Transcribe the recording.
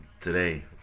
today